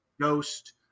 ghost